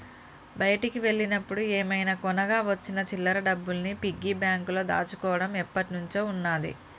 బయటికి వెళ్ళినప్పుడు ఏమైనా కొనగా వచ్చిన చిల్లర డబ్బుల్ని పిగ్గీ బ్యాంకులో దాచుకోడం ఎప్పట్నుంచో ఉన్నాది